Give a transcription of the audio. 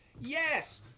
Yes